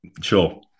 Sure